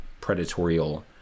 predatorial